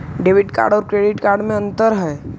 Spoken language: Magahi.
डेबिट कार्ड और क्रेडिट कार्ड में अन्तर है?